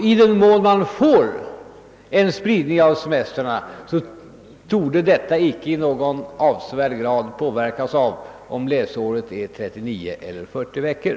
I den mån man får en sådan spridning torde denna inte i någon avsevärd grad påverkas av om läsåret är 39 eller 40 veckor.